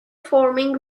forming